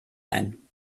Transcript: ein